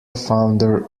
founder